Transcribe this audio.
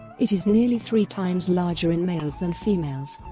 it is nearly three times larger in males than females.